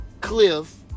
Cliff